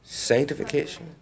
Sanctification